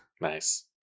Nice